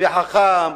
וחכם,